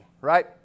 right